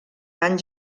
anys